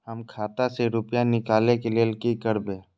हम खाता से रुपया निकले के लेल की करबे?